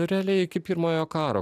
realiai iki pirmojo karo